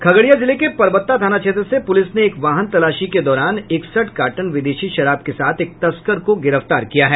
खगड़िया जिले के परबत्ता थाना क्षेत्र से पुलिस ने एक वाहन तलाशी के दौरान इकसठ कार्टन विदेशी शराब के साथ एक तस्कर को गिरफ्तार किया है